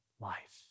life